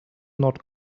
not